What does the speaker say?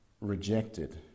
rejected